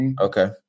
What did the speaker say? okay